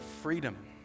freedom